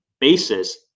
basis